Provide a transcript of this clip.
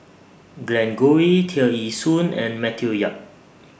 Glen Goei Tear Ee Soon and Matthew Yap